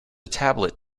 tablet